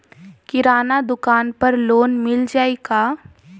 किराना दुकान पर लोन मिल जाई का?